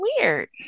weird